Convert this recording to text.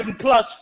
plus